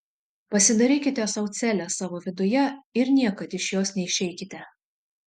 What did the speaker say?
pasidarykite sau celę savo viduje ir niekad iš jos neišeikite